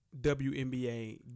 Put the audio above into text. WNBA